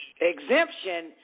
exemption